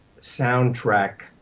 soundtrack